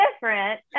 Different